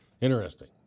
interesting